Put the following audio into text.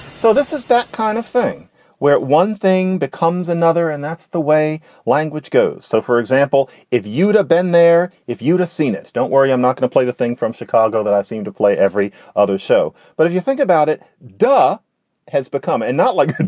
so this is that kind of thing where one thing becomes another and that's the way language goes. so, for example, if you'd been there, if you'd seen it. don't worry. i'm not going to play the thing from chicago that i seem to play every other show. but if you think about it, da has become and not like you.